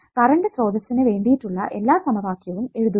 current സ്രോതസ്സിനു വേണ്ടിയിട്ടുള്ള എല്ലാ സമവാക്യവും എഴുതുക